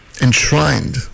enshrined